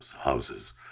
houses